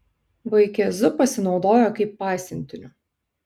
vaikėzu pasinaudojo kaip pasiuntiniu